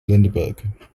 lindbergh